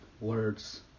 words